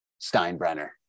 Steinbrenner